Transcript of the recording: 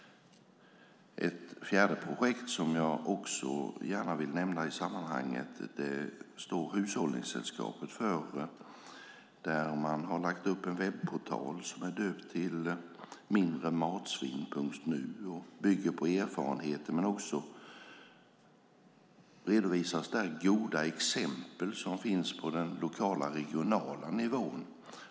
Ett annat projekt som jag också gärna vill nämna i sammanhanget står Hushållningssällskapet för. Där har man lagt upp en webbportal som är döpt till mindrematsvinn.nu och bygger på erfarenheter. Men där redovisas också goda exempel som finns på den lokala och regionala nivån.